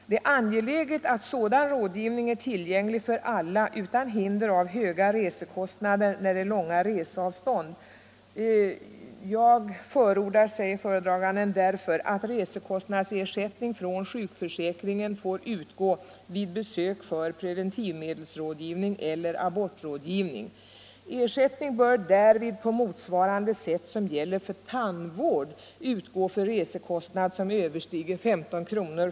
—-—-—- Det är angeläget att sådan rådgivning är tillgänglig för alla utan hinder av höga resekostnader när det är långa reseavstånd. Jag förordar därför att resekostnadsersättning från sjukförsäkringen får utgå vid besök för preventivmedelsrådgivning eller abortrådgivning. Ersättning bör därvid på motsvarande sätt som gäller för tandvård utgå för resekostnad som överstiger 15 kr.